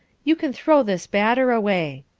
you can throw this batter away.